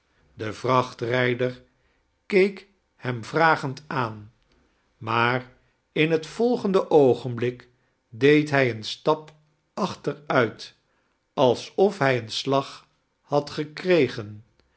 de vrachtrijder keek hem vragend aan maar in het yolgende oogenblik deed hij een stap achteruit alsof liij een slag had gekregen